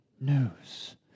news